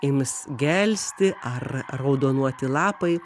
ims gelsti ar raudonuoti lapai